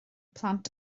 plant